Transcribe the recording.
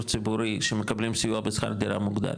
ציבורי שמקבלים סיוע בשכר דירה מוגדל.